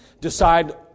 decide